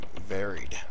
varied